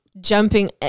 Jumping